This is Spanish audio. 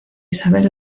isabel